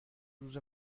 روز